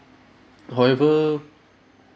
however